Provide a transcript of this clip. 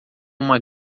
uma